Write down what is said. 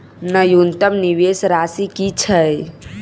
न्यूनतम निवेश राशि की छई?